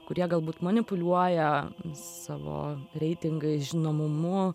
kurie galbūt manipuliuoja savo reitingais žinomumu